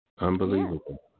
Unbelievable